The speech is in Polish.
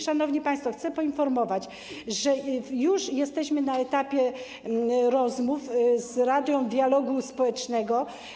Szanowni państwo, chcę poinformować, że już jesteśmy na etapie rozmów z Radą Dialogu Społecznego.